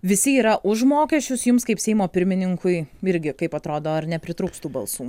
visi yra už mokesčius jums kaip seimo pirmininkui irgi kaip atrodo ar nepritrūks tų balsų